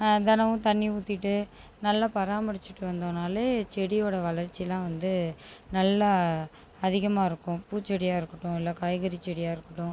தினமும் தண்ணி ஊற்றிட்டு நல்லா பராமரிச்சுட்டு வந்தோம்னாலே செடியோடய வளர்ச்சிலாம் வந்து நல்லா அதிகமாக இருக்கும் பூச்செடியாக இருக்கட்டும் இல்லை காய்கறி செடியாக இருக்கட்டும்